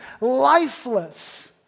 lifeless